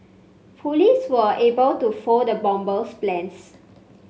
police were able to foil the bomber's plans